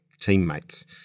teammates